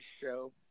show